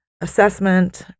assessment